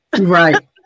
right